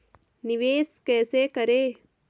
निवेश कैसे करें?